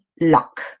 luck